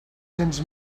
cents